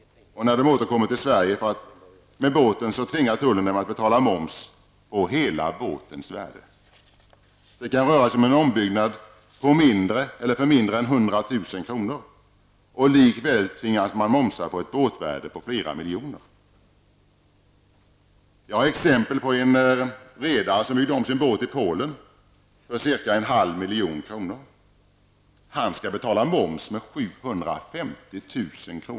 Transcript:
När de återkommer till Sverige med båten tvingar tullen dem att betala moms på hela båtens värde. Det kan röra sig om en ombyggnad för mindre än 100 000 kr., men likväl tvingas man betala moms på ett båtvärde på flera miljoner kronor. Jag har ett exempel där en redare byggde om sin båt i Polen för cirka en halv miljon kronor. Han skall betala moms med 750 000 kr.